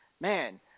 man